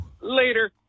Later